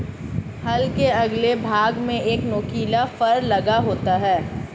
हल के अगले भाग में एक नुकीला फर लगा होता है